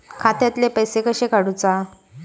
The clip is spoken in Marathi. खात्यातले पैसे कशे काडूचा?